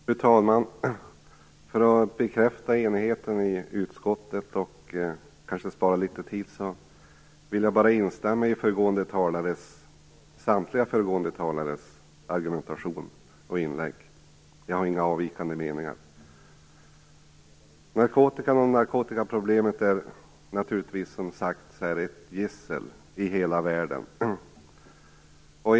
Fru talman! För att bekräfta enigheten i utskottet och kanske spara litet av kammarens tid vill jag bara instämma i samtliga föregående talares argumentation och inlägg. Jag har inga avvikande meningar. Narkotikan och narkotikaproblemet är naturligtvis ett gissel i hela världen.